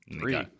Three